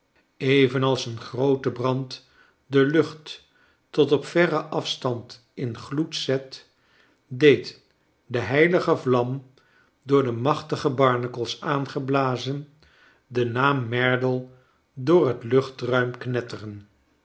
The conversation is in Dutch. evenals een groote brand de lucht tot op verren afstand in gloed zet deed de heilige vlam door de machtige barnacles aangeblazen den naam merdle door het luchtruim knetteren